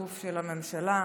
של הממשלה,